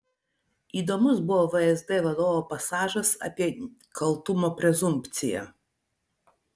įdomus buvo vsd vadovo pasažas apie kaltumo prezumpciją